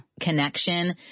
connection